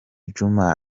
djuma